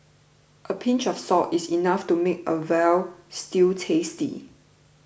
a pinch of salt is enough to make a Veal Stew tasty